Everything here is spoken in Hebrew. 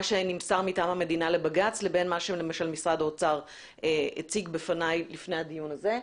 שנמסר מטעם המדינה לבג"ץ לבין מה שמשרד האוצר הציג בפניי לפני הדיון הזה.